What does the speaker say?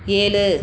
ஏழு